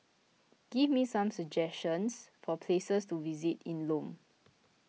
give me some suggestions for places to visit in Lome